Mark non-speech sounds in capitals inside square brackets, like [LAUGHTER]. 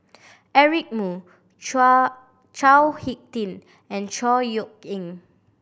Eric Moo [UNINTELLIGIBLE] Chao Hick Tin and Chor Yeok Eng